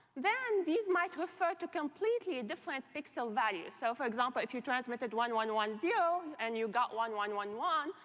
then these might refer to completely different pixel values. so for example, if you transmitted one, one, one, zero, and you got one, one, one, one,